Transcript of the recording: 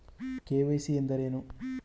KYC ಎಂದರೇನು?